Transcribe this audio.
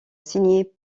signé